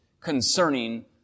concerning